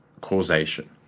causation